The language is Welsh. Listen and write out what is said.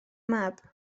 mab